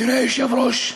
אדוני היושב-ראש,